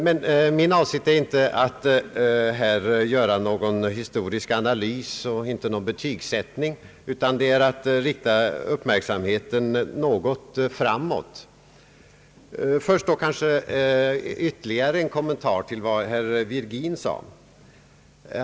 Men min avsikt är inte här att göra någon historisk analys eller någon betygsättning, utan att rikta uppmärksamheten något framåt. Först vill jag dock göra ytterligare en kommentar med anledning av vad herr Virgin anförde.